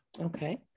Okay